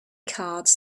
cards